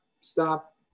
stop